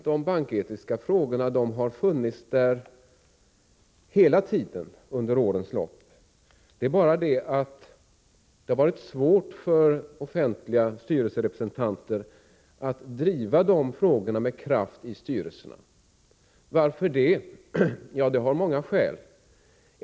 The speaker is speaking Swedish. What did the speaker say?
De banketiska frågorna har emellertid funnits hela tiden under årens lopp, men det har varit svårt för offentliga styrelserepresentanter att med kraft driva dem i styrelserna. Varför det? Jo, skälen är många.